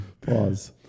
Pause